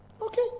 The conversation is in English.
okay